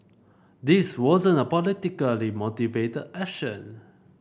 this wasn't a politically motivated action